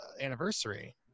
anniversary